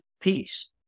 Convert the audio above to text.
peace